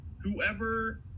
whoever